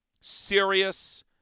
serious